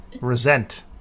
Resent